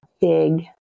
big